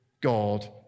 God